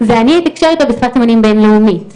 אני אתקשר אותו בשפת סימנים בינלאומית.